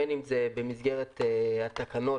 בין אם במסגרת התקנות